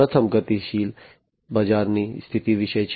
પ્રથમ ગતિશીલ બજારની સ્થિતિ વિશે છે